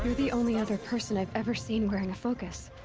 the only other person i've ever seen wearing a focus.